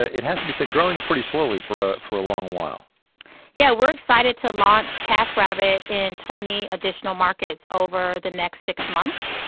it has to be said, growing pretty slowly for for a long while yeah, we're excited to launch taskrabbit in twenty additional markets over the next six months.